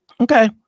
okay